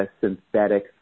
synthetic